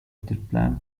plan